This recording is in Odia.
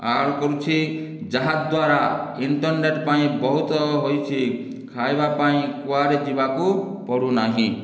ଆଡ଼ କରୁଛି ଯାହା ଦ୍ଵାରା ଇଣ୍ଟର୍ନେଟ ପାଇଁ ବହୁତ ହୋଇଛି ଖାଇବାପାଇଁ କୁଆଡ଼େ ଯିବାକୁ ପଡ଼ୁନାହିଁ